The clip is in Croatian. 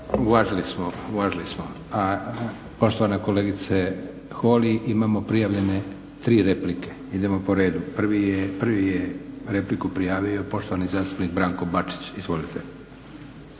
Hvala lijepa. Poštovana kolegice Holy imamo prijavljene 3 replike. Idemo po redu. Prvi je repliku prijavio poštovani zastupnik Branko Bačić. Izvolite.